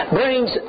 brings